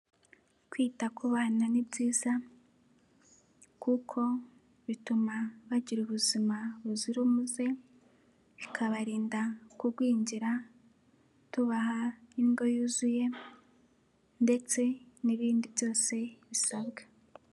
Kwita ku bana ni byiza kuko bituma bagira ubuzima buzira umuze, bikabarinda kugwingira tubaha indyo yuzuye ndetse n'ibindi byose bisabwa.